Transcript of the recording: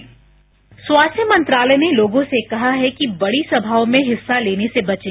bite स्वास्थ्य मंत्रालय ने लोगों से कहा है कि बड़ी सभाओं में हिस्सा लेने से बचें